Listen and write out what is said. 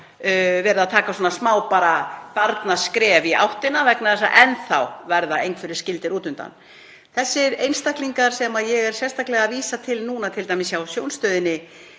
verið að taka bara smábarnaskref í áttina vegna þess að enn þá verða einhverjir skildir út undan. Þessir einstaklingar sem ég er sérstaklega að vísa til núna, t.d. hjá Sjónstöðinni